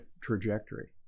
trajectory